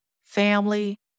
family